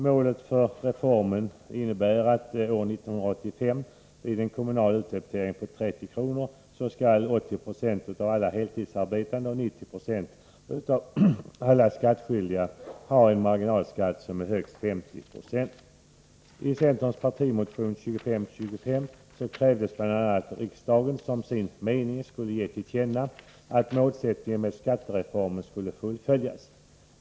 Målet i skattereformen är att år 1985, vid en kommunal utdebitering på 30 kr., skall 80 96 av alla heltidsarbetande och 90 96 av alla skattskyldiga ha en marginalskatt på högst 50 96. I centerns partimotion 2525 krävs bl.a. att riksdagen som sin mening ger regeringen till känna att skattereformens målsättning skall fullföljas.